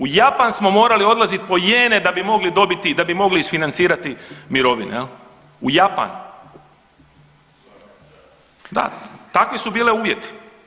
U Japan smo morali odlaziti po jene da bi mogli dobiti, da bi mogli isfinancirati mirovine jel, u Japan. … [[Upadica se ne razumije.]] Da, takvi su bili uvjeti.